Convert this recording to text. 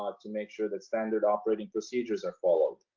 um to make sure that standard operating procedures are followed.